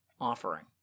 offering